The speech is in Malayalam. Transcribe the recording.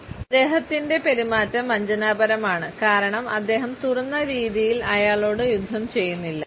അദ്ദേഹത്തിന്റെ പെരുമാറ്റം വഞ്ചനാപരമാണ് കാരണം അദ്ദേഹം തുറന്ന രീതിയിൽ അയാളോട് യുദ്ധം ചെയ്യുന്നില്ല